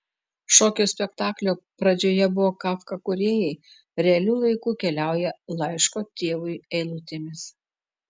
šokio spektaklio pradžioje buvo kafka kūrėjai realiu laiku keliauja laiško tėvui eilutėmis